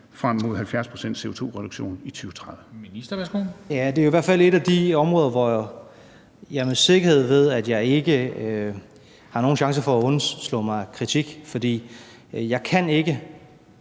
energi- og forsyningsministeren (Dan Jørgensen): Det er i hvert fald et af de områder, hvor jeg med sikkerhed ved, at jeg ikke har nogen chance for at undslå mig kritik, for jeg kan ikke